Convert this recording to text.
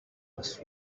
was